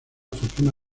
fortuna